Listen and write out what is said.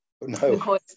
No